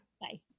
Bye